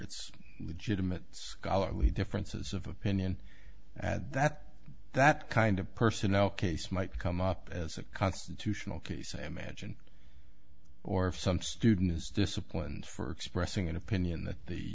it's legitimate scholarly differences of opinion at that that kind of personnel case might come up as a constitutional case a magine or if some students disciplined for expressing an opinion that the